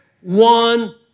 one